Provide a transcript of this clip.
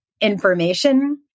information